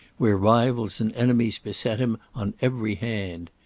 where rivals and enemies beset him on every hand.